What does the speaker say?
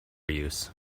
use